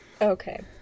okay